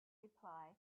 reply